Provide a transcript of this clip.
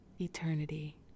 eternity